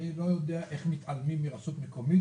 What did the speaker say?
אני לא יודע איך מתעלמים מרשות מקומית